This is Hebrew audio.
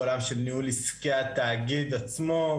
בעולם של ניהול עסקי התאגיד עצמו,